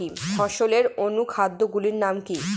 ফসলের অনুখাদ্য গুলির নাম কি?